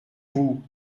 vous